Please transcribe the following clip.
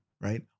right